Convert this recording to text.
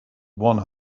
one